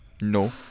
No